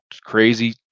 crazy